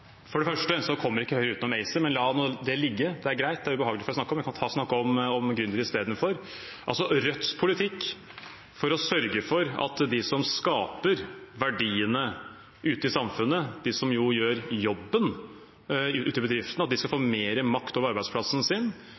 For det første kommer ikke Høyre utenom ACER, men la nå det ligge – det er greit, det er ubehagelig å snakke om, jeg kan snakke om gründere i stedet. Rødts politikk er å sørge for at de som skaper verdiene ute i samfunnet, de som gjør jobben ute i bedriftene, skal få mer makt over arbeidsplassen sin